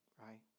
right